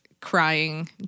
Crying